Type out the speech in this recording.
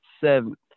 seventh